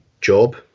job